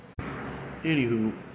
Anywho